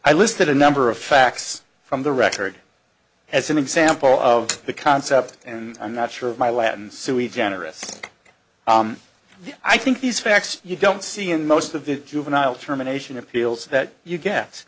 i listed a number of facts from the record as an example of the concept and i'm not sure of my latin suey generous i think these facts you don't see in most of the juvenile terminations appeals that you get